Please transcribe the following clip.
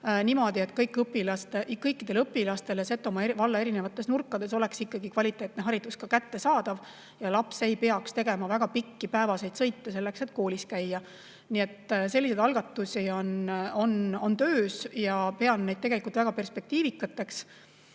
niimoodi, et kõikidele õpilastele Setomaa valla eri nurkades oleks ikkagi kvaliteetne haridus kättesaadav ja laps ei peaks tegema väga pikki päevaseid sõite, selleks et koolis käia. Nii et selliseid algatusi on töös. Ma pean neid väga perspektiivikaks,